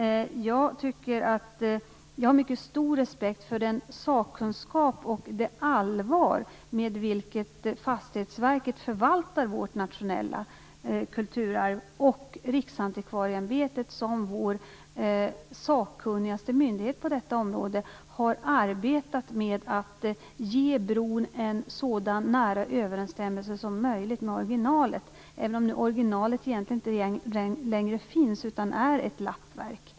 Jag har mycket stor respekt för den sakkunskap och det allvar som Fastighetsverket förvaltar vårt nationella kulturarv med, och Riksantikvarieämbetet har som vår mest sakkunniga myndighet på detta område arbetat med att ge bron en så nära överensstämmelse som möjligt med originalet, även om originalet egentligen inte finns längre. Det är ett lappverk.